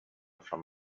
from